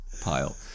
pile